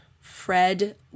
Fred